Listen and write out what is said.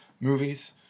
movies